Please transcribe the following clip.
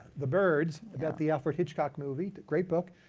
the birds, about the alfred hitchcock movie great book,